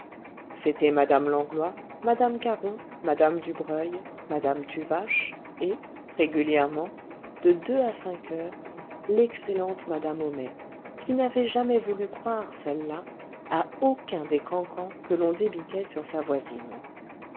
c'était madame langlois madame caron madame dubreuil madame tuvache et régulièrement de deux à cinq heures l'excellente madame homais qui n'avait jamais voulu croire celle-là à aucun des cancans que l'on débitait sur sa voisine